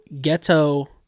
Ghetto